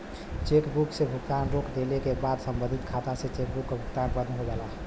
chequebook से भुगतान रोक देले क बाद सम्बंधित खाता से चेकबुक क भुगतान बंद हो जाला